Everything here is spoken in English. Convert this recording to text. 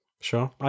sure